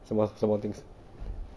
什么什么 things